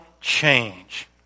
change